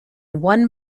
one